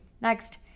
next